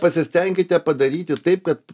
pasistenkite padaryti taip kad